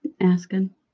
asking